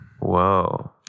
Whoa